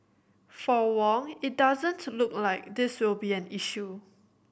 for Wong it doesn't to look like this will be an issue